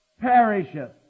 perisheth